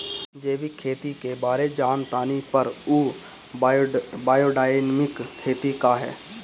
जैविक खेती के बारे जान तानी पर उ बायोडायनमिक खेती का ह?